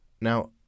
Now